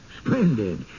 Splendid